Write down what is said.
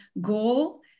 goal